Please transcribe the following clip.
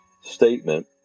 statement